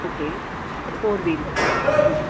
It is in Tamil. ஓகே ஃபோர் வீலர் ம்